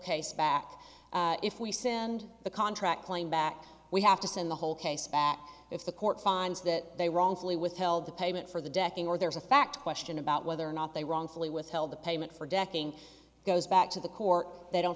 case back if we send the contract claim back we have to send the whole case back if the court finds that they wrongfully withheld the payment for the decking or there's a fact question about whether or not they wrongfully withheld the payment for decking goes back to the core they don't